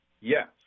Yes